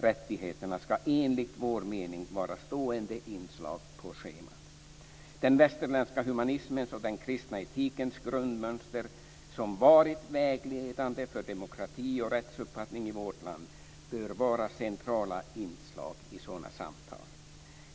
rättigheterna ska enligt vår mening vara stående inslag på schemat. Den västerländska humanismens och den kristna etikens grundmönster som har varit vägledande för demokrati och rättsuppfattning i vårt land bör vara centrala inslag i sådana samtal.